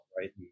right